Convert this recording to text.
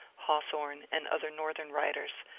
hawthorne, and other northern writers,